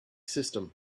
system